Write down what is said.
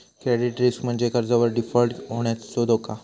credit risk म्हणजे कर्जावर default होण्याचो धोका